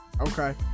okay